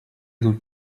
тут